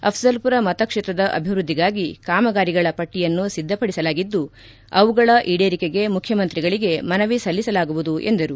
ಅಫಜಲಪುರ ಮತಕ್ಷೇತ್ರದ ಅಭಿವೃದ್ದಿಗಾಗಿ ಕಾಮಗಾರಿಗಳ ಪಟ್ಟಯನ್ನು ಸಿದ್ಧಪಡಿಸಲಾಗಿದ್ದು ಅವುಗಳ ಈಡೇರಿಕೆಗೆ ಮುಖ್ಯಮಂತ್ರಿಗಳಿಗೆ ಮನವಿ ಸಲ್ಲಿಸಲಾಗುವುದು ಎಂದರು